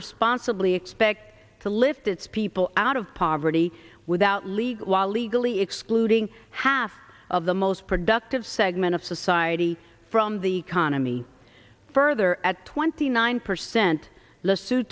responsibly expect to lift its people out of poverty without league while legally excluding half of the most productive segment of society from the economy further at twenty nine percent le